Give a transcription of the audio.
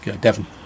Devon